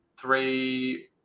three